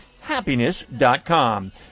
happiness.com